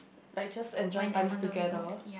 like just enjoy times together